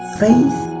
faith